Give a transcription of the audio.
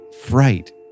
fright